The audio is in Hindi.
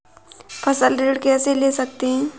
फसल ऋण कैसे ले सकते हैं?